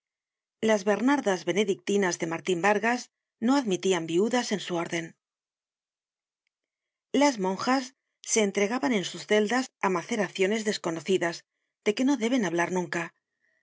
las bernardas benedictinas de martin vargas no admitian viudas en su orden las monjas se entregan en sus celdas á maceraciones desconocidas de que no deben hablar nunca